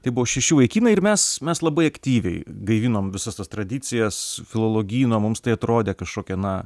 tai buvo šeši vaikinai ir mes mes labai aktyviai gaivinom visas tas tradicijas filologyno mums tai atrodė kažkokia na